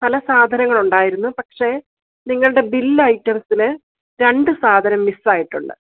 പല സാധനങ്ങള് ഉണ്ടായിരുന്നു പക്ഷെ നിങ്ങളുടെ ബില് ഐറ്റംസില് രണ്ടു സാധനം മിസ്സായിട്ടുണ്ട്